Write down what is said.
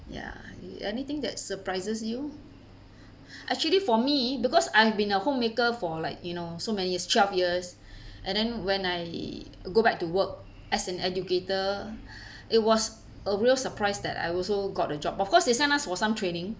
ya anything that surprises you actually for me because I've been a homemaker for like you know so many years twelve years and then when I go back to work as an educator it was a real surprised that I also got the job of course they send us for some training